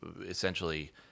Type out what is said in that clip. essentially